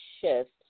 shift